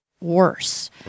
worse